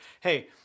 Hey